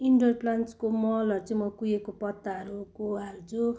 indoor प्लान्ट्सको मलहरू चाहिँ म कुहिएको पत्ताहरूको हाल्छु